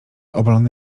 obalony